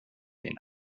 den